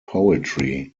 poetry